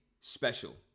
special